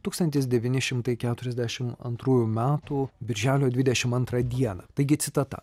tūkstantis devyni šimtai keturiasdešim antrųjų metų birželio dvidešim antrą dieną taigi citata